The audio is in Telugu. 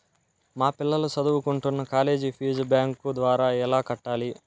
మా పిల్లలు సదువుకుంటున్న కాలేజీ ఫీజు బ్యాంకు ద్వారా ఎలా కట్టాలి?